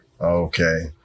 Okay